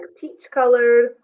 peach-colored